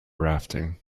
rafting